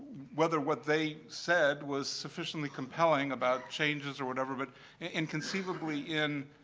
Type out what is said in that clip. whether what they said was sufficiently compelling about changes or whatever. but in conceivably in,